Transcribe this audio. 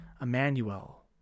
Emmanuel